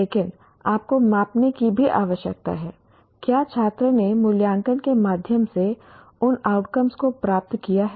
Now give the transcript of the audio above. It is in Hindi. लेकिन आपको मापने की भी आवश्यकता है क्या छात्र ने मूल्यांकन के माध्यम से उन आउटकम को प्राप्त किया है